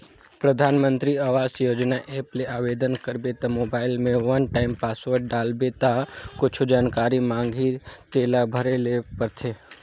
परधानमंतरी आवास योजना ऐप ले आबेदन करबे त मोबईल में वन टाइम पासवर्ड डालबे ता कुछु जानकारी मांगही तेला भरे ले परथे